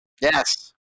Yes